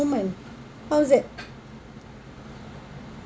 moment how's it